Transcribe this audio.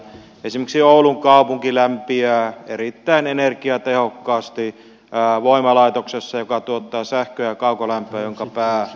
esimerkiksi oulun kaupunki lämpiää erittäin energiatehokkaasti voimalaitoksessa joka tuottaa sähköä ja kaukolämpöä jonka pääpolttoaine on turve